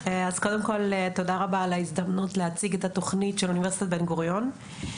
תודה רבה על ההזדמנות להציג את התוכנית של אוניברסיטת בן גוריון.